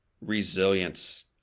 resilience